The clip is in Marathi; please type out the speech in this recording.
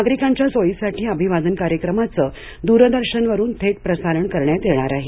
नागरिकांच्या सोयीसाठी अभिवादन कार्यक्रमाचं द्रदर्शन वरुन थेट प्रसारण करण्यात येणार आहे